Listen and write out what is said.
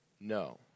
no